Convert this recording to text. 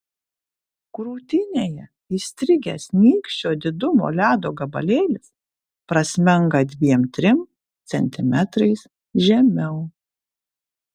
krūtinėje įstrigęs nykščio didumo ledo gabalėlis prasmenga dviem trim centimetrais žemiau